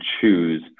choose